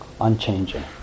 unchanging